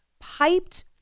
piped